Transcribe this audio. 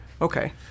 Okay